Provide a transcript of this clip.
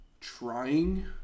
trying